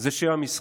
זה שם המשחק.